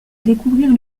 découvrir